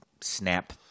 snap